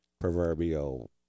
proverbial